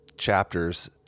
chapters